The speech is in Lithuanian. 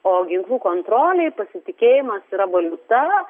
o ginklų kontrolei pasitikėjimas yra valiuta